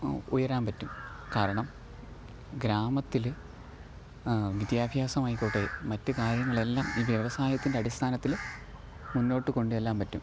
ഉയരാൻ പറ്റും കാരണം ഗ്രാമത്തിൽ വിദ്യാഭ്യാസമായിക്കോട്ടേ മറ്റു കാര്യങ്ങളെല്ലാം ഈ വ്യവസായത്തിന്റെ അടിസ്ഥാനത്തിൽ മുന്നോട്ടു കൊണ്ടെല്ലാം പറ്റും